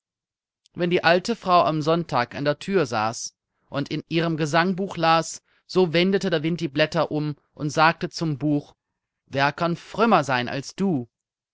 wenn die alte frau am sonntag an der thür saß und in ihrem gesangbuch las so wendete der wind die blätter um und sagte zum buch wer kann frömmer sein als du